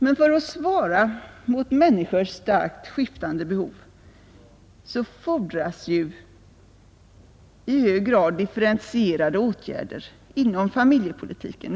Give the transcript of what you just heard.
Men för att svara mot människors starkt skiftande behov fordras i hög grad differentierade åtgärder inom familjepolitiken.